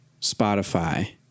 Spotify